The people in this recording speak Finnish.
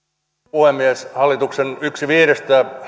puhemies hallituksen yksi viidestä